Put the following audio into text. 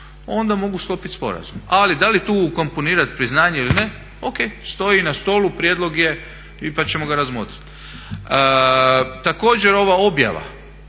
onda mogu sklopiti sporazum. Ali da li tu ukomponirati priznanje ili ne, ok. Stoji na stolu prijedlog je pa ćemo ga razmotriti. Također ova objava,